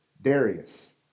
Darius